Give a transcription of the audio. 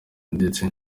ndetse